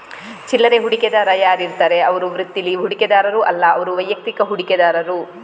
ಚಿಲ್ಲರೆ ಹೂಡಿಕೆದಾರ ಯಾರಿರ್ತಾರೆ ಅವ್ರು ವೃತ್ತೀಲಿ ಹೂಡಿಕೆದಾರರು ಅಲ್ಲ ಅವ್ರು ವೈಯಕ್ತಿಕ ಹೂಡಿಕೆದಾರರು